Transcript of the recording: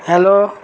hello